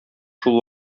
шул